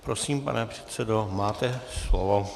Prosím, pane předsedo, máte slovo.